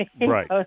Right